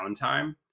downtime